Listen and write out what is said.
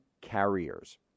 carriers